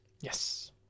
Yes